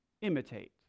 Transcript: imitate